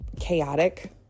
chaotic